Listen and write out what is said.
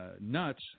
nuts